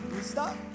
stop